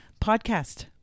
podcast